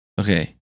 Okay